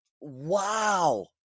Wow